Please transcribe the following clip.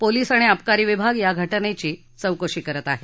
police आणि अबकारी विभाग या घटनेची चौकशी करत आहेत